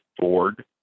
Ford